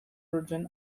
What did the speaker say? version